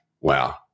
wow